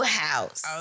house